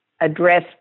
address